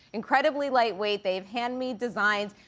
incredibly lightweight, they've handmade designs.